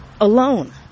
alone